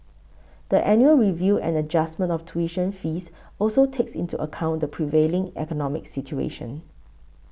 the annual review and adjustment of tuition fees also takes into account the prevailing economic situation